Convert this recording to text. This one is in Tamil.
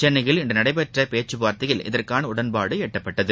சென்னையில் இன்று நடைபெற்ற பேச்சுவார்த்தையில் இதற்கான உடன்பாடு எட்டப்பட்டது